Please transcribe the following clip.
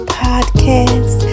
podcast